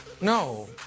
No